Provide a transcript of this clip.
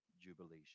jubilation